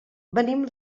venim